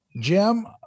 jim